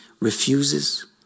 refuses